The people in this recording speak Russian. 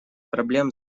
проблем